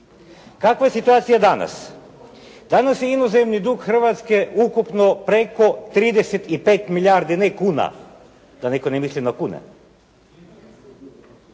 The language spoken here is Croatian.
Kakva je situacija danas? Danas je inozemni dug Hrvatske ukupno preko 35 milijardi. Ne kuna, da neko ne misli na kune.